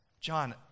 John